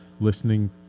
listening